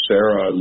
Sarah